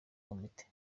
komite